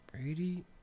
Brady